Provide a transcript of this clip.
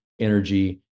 energy